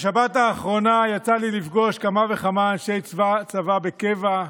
בשבת האחרונה יצא לי לפגוש כמה וכמה אנשי צבא בקבע,